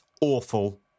awful